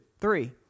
three